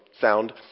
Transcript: sound